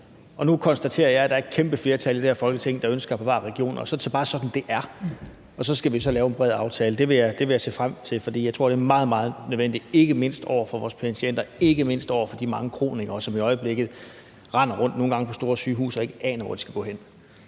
ej. Nu konstaterer jeg, at der er et kæmpe flertal i det her Folketing, der ønsker at bevare regionerne, og så er det så bare sådan, det er, og så skal vi lave en bred aftale. Det vil jeg se frem til, for jeg tror, at det er meget, meget nødvendigt, ikke mindst af hensyn til vores patienter og de mange kronikere, som i øjeblikket nogle gange render rundt på de store sygehuse og ikke aner, hvor de skal gå hen.